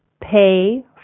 pay